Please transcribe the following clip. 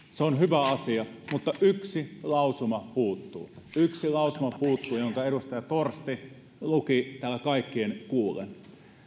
se on hyvä asia mutta yksi lausuma puuttuu yksi lausuma puuttuu se jonka edustaja torsti luki täällä kaikkien kuullen